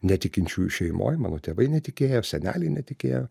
netikinčiųjų šeimoj mano tėvai netikėjo seneliai netikėjo